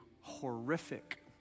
horrific